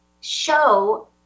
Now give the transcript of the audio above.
show